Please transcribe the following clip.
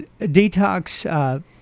detox